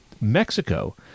Mexico